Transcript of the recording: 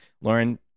Lauren